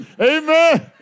Amen